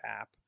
app